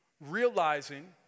Realizing